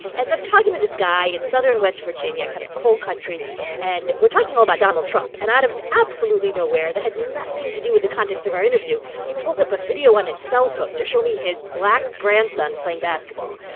as i'm talking to this guy in southern west virginia, kind of coal country and we're talking all about donald trump. and out of absolutely nowhere that had nothing to do with the context of our interview, he pulls up a video on his cellphone to show me his black grandson playing basketball.